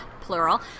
plural